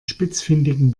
spitzfindigen